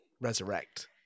resurrect